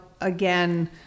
again